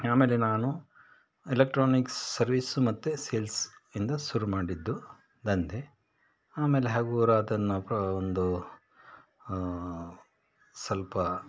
ಆಮೇಲೆ ನಾನು electronics service ಮತ್ತು ಸೇಲ್ಸ್ ಇಂದ ಶುರು ಮಾಡಿದ್ದು ದಂಧೆ ಆಮೇಲೆ ಹಗುರ ಅದನ್ನು ಪ ಒಂದು ಸ್ವಲ್ಪ